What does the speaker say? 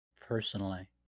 personally